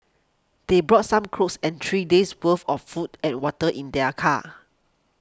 they brought some clothes and three days' worth of food and water in their car